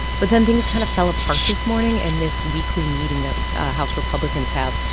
but then things kind of fell apart this morning in this weekly meeting that house republicans have.